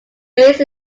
based